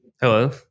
Hello